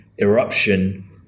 eruption